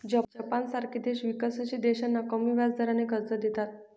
जपानसारखे देश विकसनशील देशांना कमी व्याजदराने कर्ज देतात